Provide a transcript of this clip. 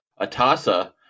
Atasa